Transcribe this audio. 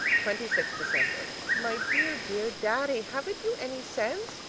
twenty sixth december my dear, dear, daddy, haven't you any sense?